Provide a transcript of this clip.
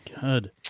good